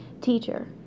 Teacher